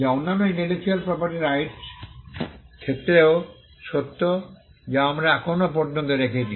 যা অন্যান্য intellectual property rights ক্ষেত্রেও সত্য যা আমরা এখনও পর্যন্ত রেখেছি